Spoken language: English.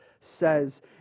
says